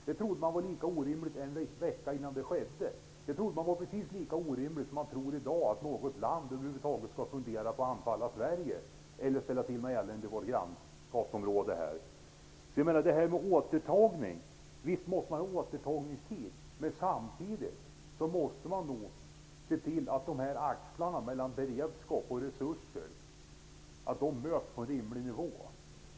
Det trodde man var precis lika orimligt en vecka innan det skedde som att man i dag skulle tro att något land över huvud taget skall fundera på att anfalla Sverige eller ställa till med något elände i vårt grannskapsområde. Visst måste man ha återtagningstid, men samtidigt måste man se till att axlarna mellan beredskap och resurser möts på en rimlig nivå.